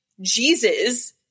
Jesus